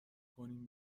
کنیم